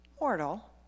mortal